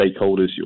stakeholders